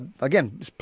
again